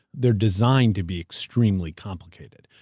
they're designed to be extremely complicated.